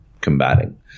combating